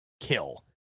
kill